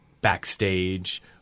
backstage